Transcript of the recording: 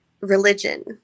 religion